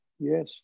Yes